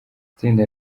itsinda